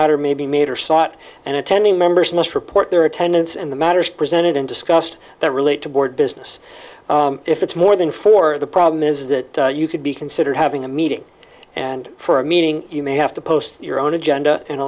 matter may be made or sought and attending members must report their attendance and the matters presented and discussed that relate to board business if it's more than four the problem is that you could be considered having a meeting and for a meeting you may have to post your own agenda and